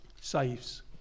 saves